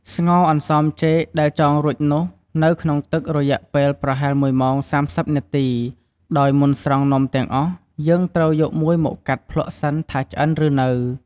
ស្ងោរអន្សមចេកដែលចងរួចនោះនៅក្នុងទឹក រយៈពេលប្រហែល ១ម៉ោង៣០នាទី ដោយមុនស្រង់នំទាំងអស់ យើងត្រូវយកមួយមកកាត់ភ្លក្សសិនថាឆ្អិនឬនៅ។